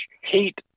hate